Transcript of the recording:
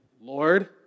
Lord